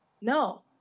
No